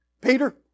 Peter